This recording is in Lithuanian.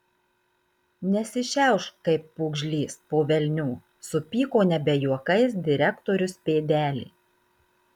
nesišiaušk kaip pūgžlys po velnių supyko nebe juokais direktorius pėdelė